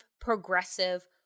progressive